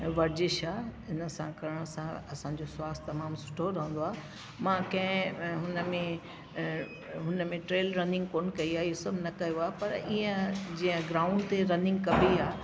ऐं वर्जिश आहे इन सां करण सां असांजो स्वास्थ्य तमामु सुठो रहंदो आहे मां कंहिं हुनमें हुनमें ट्रेल रनिंग कोन्ह कई आ्हे हीअ सभु न कयो आहे पर ईअं जीअं ग्राउंड ते रनिंग कबी आहे